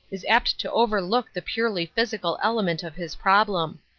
is apt to overlook the purely physical element of his problem.